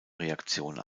reaktion